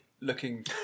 Looking